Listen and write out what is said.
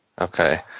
Okay